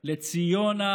לציונה,